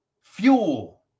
fuel